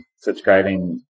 subscribing